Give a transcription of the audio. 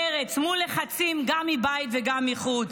מרץ, מול לחצים גם מבית וגם מחוץ,